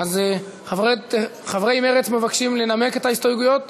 חברי מרצ מבקשים לנמק את ההסתייגויות